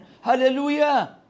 hallelujah